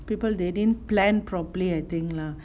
people they didn't plan properly I think lah